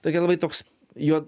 tokia labai toks jo